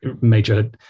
major